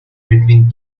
between